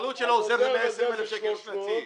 העלות שלו זה 120,000 שקל שנתי.